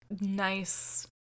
nice